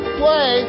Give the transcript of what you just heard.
play